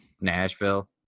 Nashville